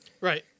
Right